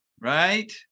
right